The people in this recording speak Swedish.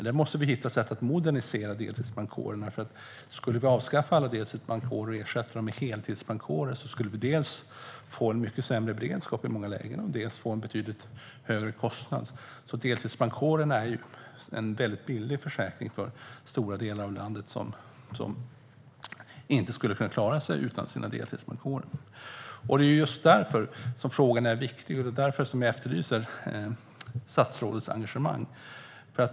Då måste vi hitta sätt för att modernisera deltidsbrandkårerna, för skulle vi avskaffa alla och ersätta dem med heltidsbrandkårer får vi dels en mycket sämre beredskap i många lägen, dels en betydligt högre kostnad. Deltidsbrandkårerna är en väldigt billig försäkring för stora delar av landet som inte skulle kunna klara sig utan dem. Av just detta skäl är frågan viktig, och därför efterlyser jag statsrådets engagemang.